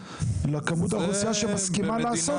לבין כמות האוכלוסייה שמסכימה לעשות.